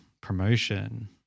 promotion